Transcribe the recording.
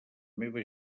meva